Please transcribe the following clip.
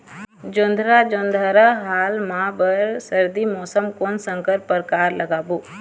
जोंधरा जोन्धरा हाल मा बर सर्दी मौसम कोन संकर परकार लगाबो?